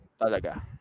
talaga